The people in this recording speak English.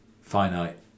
finite